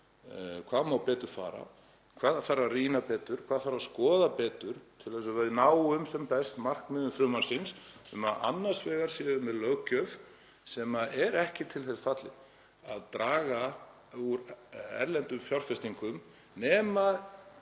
hvað megi betur fara, hvað þurfi að rýna betur, hvað þurfi að skoða betur, til að við náum sem best markmiðum frumvarpsins um að annars vegar séum við með löggjöf sem er ekki til þess fallin að draga úr erlendum fjárfestingum,